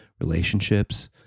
relationships